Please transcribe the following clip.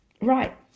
right